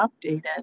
updated